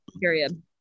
Period